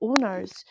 owners